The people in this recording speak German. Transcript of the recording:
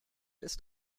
ist